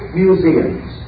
museums